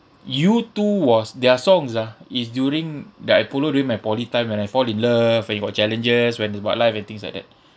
u two was their songs ah is during that I follow during my poly time when I fall in love when you got challenges when it's about life and things like that